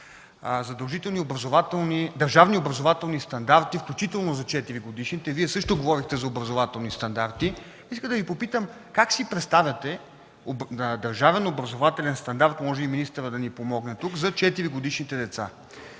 за държавни образователни стандарти, включително за 4 годишните. Вие също говорите за образователни стандарти. Искам да Ви попитам как си представяте държавен образователен стандарт – може и министърът да ми помогне тук, за 4-годишните деца?